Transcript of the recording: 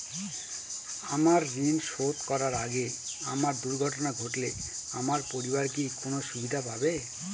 আমার ঋণ শোধ করার আগে আমার দুর্ঘটনা ঘটলে আমার পরিবার কি কোনো সুবিধে পাবে?